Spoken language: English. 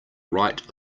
right